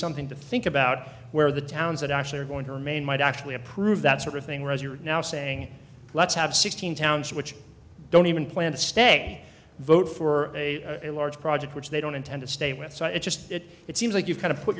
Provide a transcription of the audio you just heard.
something to think about where the towns that actually are going to remain might actually approve that sort of thing reza are now saying let's have sixteen towns which don't even plan to stay vote for a large project which they don't intend to stay with so it just it seems like you've kind of put